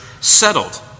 settled